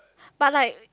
but like